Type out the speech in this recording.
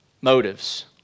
motives